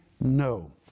no